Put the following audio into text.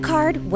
Card